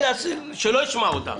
שלא ישמע אותך.